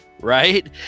right